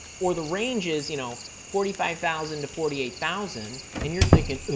or, the range is you know forty five thousand to forty eight thousand, and you're thinking